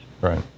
Right